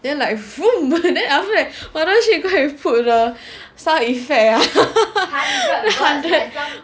then like then after that Mothership go and put the sound effects